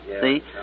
See